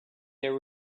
there